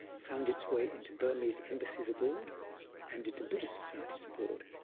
found its way into burmese embassies abroad and into buddhist societies abroad.